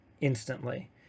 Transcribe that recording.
instantly